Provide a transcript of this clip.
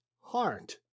heart